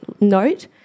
note